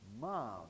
Mom